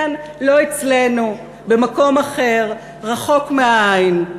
כן, לא אצלנו, במקום אחר, רחוק מהעין,